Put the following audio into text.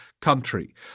country